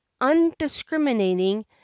undiscriminating